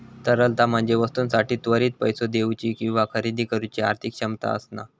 तरलता म्हणजे वस्तूंसाठी त्वरित पैसो देउची किंवा खरेदी करुची आर्थिक क्षमता असणा